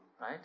right